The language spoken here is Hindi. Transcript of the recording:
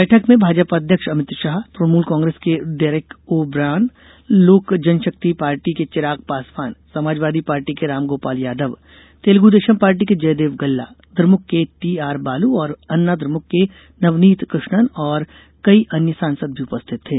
बैठक में भाजपा अध्यक्ष अमित शाह तृणमूल कांग्रेस के Derek O'Brien Lok Jan Shakti party के चिराग पासवान समाजवादी पार्टी के रामगोपाल यादव तेलगुदेशम पार्टी के जयदेव गल्ला द्रमुक के टी आर बालू और अन्ना द्रमुक के नवनीथ कृष्णन और कई अन्य सांसद भी उपरिथित थे